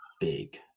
big